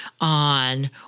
on